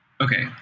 okay